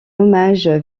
hommage